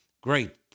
great